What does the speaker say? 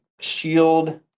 shield